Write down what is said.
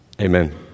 Amen